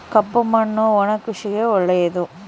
ಕಪ್ಪು ಮಣ್ಣು ಒಣ ಕೃಷಿಗೆ ಒಳ್ಳೆಯದು